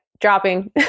dropping